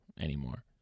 anymore